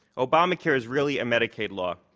obamacare is really a medicaid law.